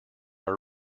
are